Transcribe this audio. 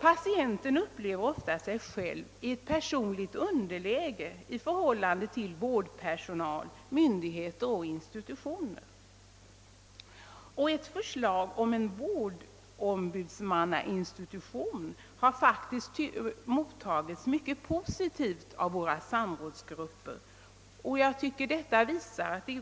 Patienten upplever sig ofta själv i ett personligt underläge i förhållande till vårdpersonal, myndigheter och institutioner. Ett förslag om en vårdombudsmannainstitution har faktiskt mottagits mycket positivt av samrådsgrupperna, och detta